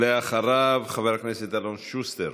אחריו, חבר הכנסת אלון שוסטר.